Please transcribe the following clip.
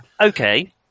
okay